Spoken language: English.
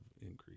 increase